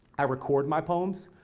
i record my poems.